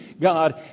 God